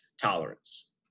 tolerance